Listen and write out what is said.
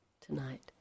tonight